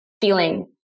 feeling